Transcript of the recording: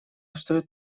встаёт